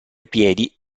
piedi